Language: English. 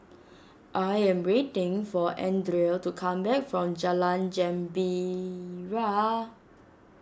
I am waiting for Andrea to come back from Jalan Gembira